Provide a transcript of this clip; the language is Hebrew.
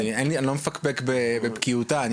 אין לי כמובן אני לא מפקפק בבקיאותה של גברת שלייר,